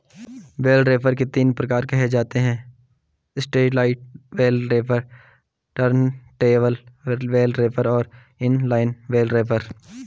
bell wrapper के तीन प्रकार कहे जाते हैं satellite bale wrapper, turntable bale wrapper और इन लाइन बेल रैपर